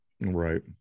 Right